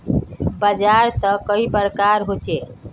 बाजार त कई प्रकार होचे?